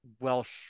welsh